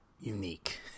unique